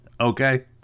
Okay